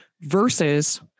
versus